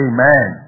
Amen